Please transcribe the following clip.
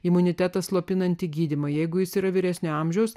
imunitetą slopinantį gydymą jeigu jis yra vyresnio amžiaus